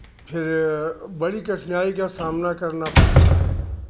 फिर बड़ी कठिनाई का सामना करना पड़ता है